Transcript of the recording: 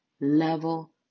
level